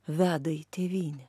veda į tėvynę